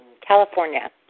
California